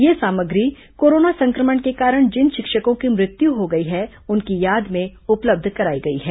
यह सामग्री कोरोना संक्रमण के कारण जिन शिक्षकों की मृत्यु हो गई है उनकी याद में उपलब्ध कराई गई है